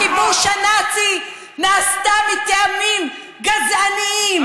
רדיפת יהודים מארצות הכיבוש הנאצי נעשתה מטעמים גזעניים,